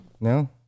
No